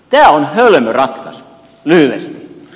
tämä on hölmö ratkaisu lyhyesti